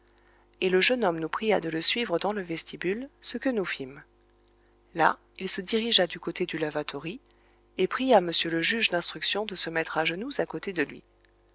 et le jeune homme nous pria de le suivre dans le vestibule ce que nous fîmes là il se dirigea du côté du lavatory et pria m le juge d'instruction de se mettre à genoux à côté de lui